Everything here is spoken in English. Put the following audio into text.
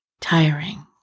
tiring